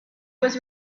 was